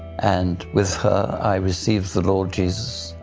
and with her i received the lord jesus.